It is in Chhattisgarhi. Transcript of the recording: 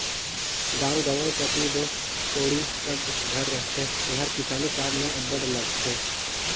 गाँव गंवई कती दो कोड़ी सब घर रहथे एहर किसानी काम मे अब्बड़ लागथे